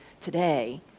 today